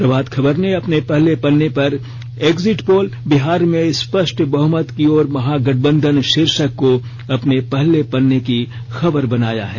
प्रभात खबर ने अपने पहले पन्ने पर एग्जिट पोल बिहार में स्पष्ट बहुमत की ओर महागठबंधन शीर्षक को अपने पहले पन्ने की खबर बनाया है